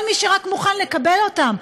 אצל כל מי שרק מוכן לקבל אותם,